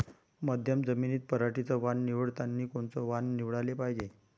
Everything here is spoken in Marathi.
मध्यम जमीनीत पराटीचं वान निवडतानी कोनचं वान निवडाले पायजे?